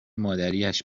مادریاش